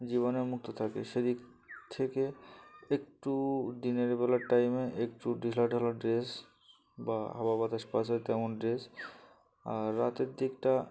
জীবাণু মুক্ত থাকে সেদিক থেকে একটু দিনের বলা টাইমে একটু ঢিলাঢালা ড্রেস বা হাওয়া বাতাস পাস হয় তেমন ড্রেস আর রাতের দিকটা